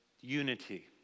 unity